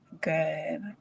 good